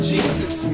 Jesus